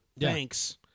Thanks